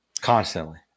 Constantly